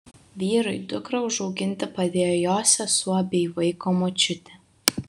vyrui dukrą užauginti padėjo jo sesuo bei vaiko močiutė